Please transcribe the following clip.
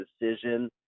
decision